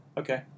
Okay